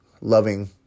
loving